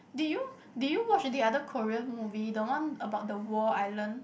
did you did you watch the other Korean movie the one about the war island